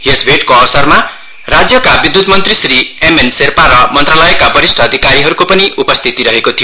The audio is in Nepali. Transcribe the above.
यस भैटको अवसरमा राज्यका विद्युत मन्त्री श्री एमएन शेर्पा र मन्त्रालयका वरिष्ठ अधिकारीहरूको पनि उपस्थिति रहेको थियो